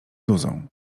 duzą